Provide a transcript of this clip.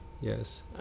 Yes